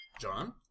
John